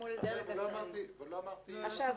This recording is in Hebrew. לא אמרתי מנכ"ל.